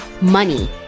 money